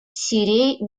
сирией